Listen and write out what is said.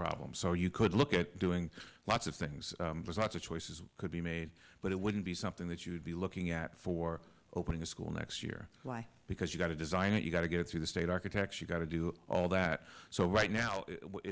problem so you could look at doing lots of things there's lots of choices could be made but it wouldn't be something that you would be looking at for opening a school next year why because you got to design it you've got to get it through the state architects you've got to do all that so right now